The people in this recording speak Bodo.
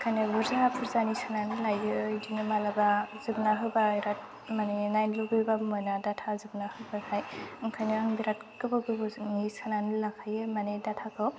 ओंखायनो बुरजा बुरजानि सोनानै लायो बिदिनो माब्लाबा जोबना होबा बिरात माने नायनो लुबैबाबो मोना डाटा जोबना होबाथाय ओंखायनो आं बिरात गोबाव गोबावजोंनि सोनानै लाखायो माने डाटाखौ